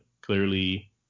clearly